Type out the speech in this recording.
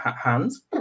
hands